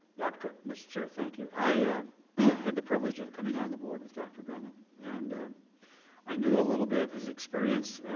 cook mr. chair, thank you. i had the privilege of coming on the board with dr. drummond and i knew a little bit of his experience,